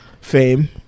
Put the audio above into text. fame